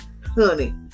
Honey